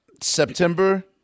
September